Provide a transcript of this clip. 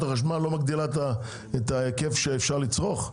החשמל לא מגדילה את ההיקף שאפשר לצרוך?